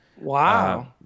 Wow